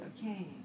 okay